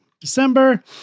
December